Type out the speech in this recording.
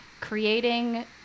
creating